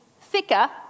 thicker